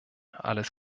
alles